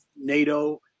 NATO